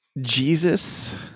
Jesus